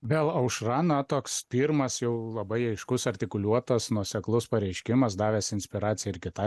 vėl aušra na toks pirmas jau labai aiškus artikuliuotas nuoseklus pareiškimas davęs inspiraciją ir kitai